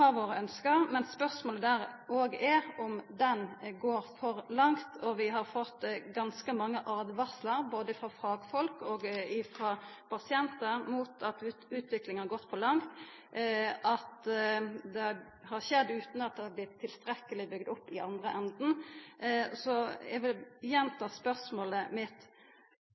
har vore ønskt, men spørsmålet der òg er om omlegginga går for langt. Vi har fått ganske mange åtvaringar, frå både fagfolk og pasientar, om at utviklinga har gått for langt, og at det har skjedd utan at ein har bygd opp tilstrekkeleg i den andre enden. Eg vil gjenta spørsmålet mitt: